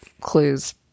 clues